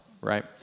right